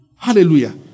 Hallelujah